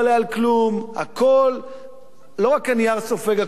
לא רק הנייר סופג הכול, אנחנו סופגים הכול.